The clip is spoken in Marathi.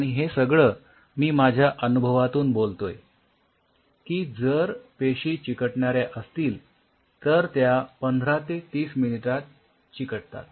आणि हे सगळं मी माझ्या अनुभवातून बोलतोय की जर पेशी चिकटणाऱ्या असतील तर त्या १५ ते ३० मिनिटांत चिकटतात